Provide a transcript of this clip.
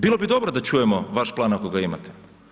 Bilo bi dobro da čujemo vaš plan, ako ga imate.